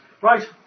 Right